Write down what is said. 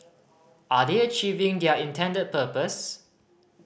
are they achieving their intended purpose